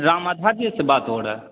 रामाधर जी से बात हो रा